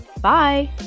Bye